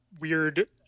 weird